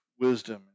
wisdom